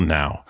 now